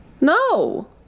no